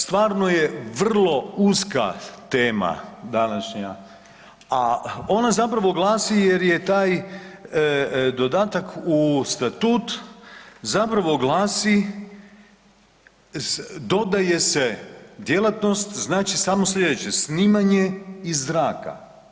Stvarno je vrlo uska tema današnja a ona zapravo glasi jer je taj dodatak u statut zapravo glasi dodaje se djelatnost, znači samo slijedeće, snimanje iz zraka.